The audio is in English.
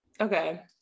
Okay